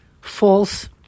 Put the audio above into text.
false